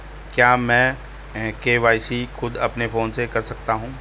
क्या मैं के.वाई.सी खुद अपने फोन से कर सकता हूँ?